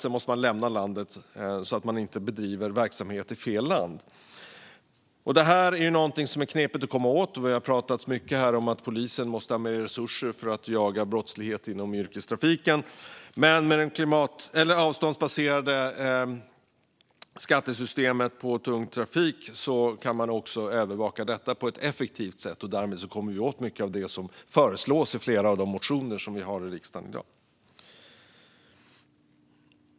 Sedan måste man lämna landet, så att man inte bedriver verksamhet i fel land. Detta är knepigt att komma åt. Det har pratats mycket här om att polisen måste få mer resurser för att jaga brottslighet inom yrkestrafiken. Med det avståndsbaserade skattesystemet för tung trafik kan man övervaka också detta på ett effektivt sätt, och därmed kommer vi åt mycket av det som föreslås i flera av de motioner som behandlas i riksdagen i dag.